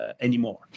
anymore